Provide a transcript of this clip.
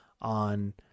on